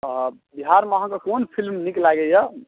ओ बिहारमे अहाँके कोन फिलिम नीक लागैए